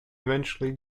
eventually